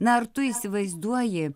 na ar tu įsivaizduoji